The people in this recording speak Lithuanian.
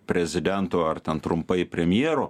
prezidentu ar ten trumpai premjeru